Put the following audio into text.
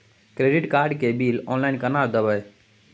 Credit card के bill online केना देखबय?